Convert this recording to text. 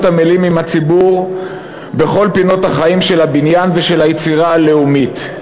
עמלים עם הציבור בכל פינות החיים של הבניין ושל היצירה הלאומית.